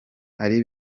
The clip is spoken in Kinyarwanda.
ari